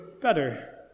better